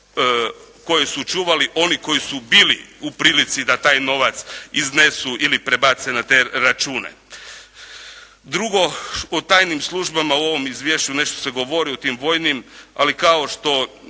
koje su čuvali oni koji su bili u prilici da taj novaci iznesu ili prebace na te račune. Drugo, u tajnim službama u ovom izvješću nešto se govori o tim vojnim, ali kao što